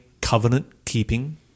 covenant-keeping